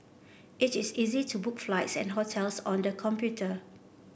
it is easy to book flights and hotels on the computer